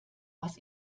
was